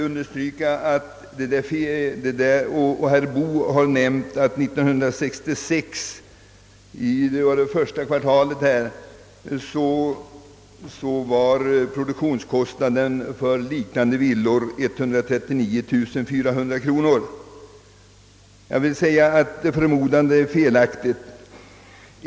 Herr Boo har också påpekat att produktionskostnaderna för villor av detta slag under första kvartalet 1966 uppgick till 139 400 kronor. Denna förmodan är felaktig.